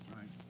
Right